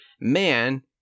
man